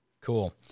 Cool